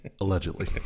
Allegedly